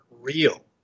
real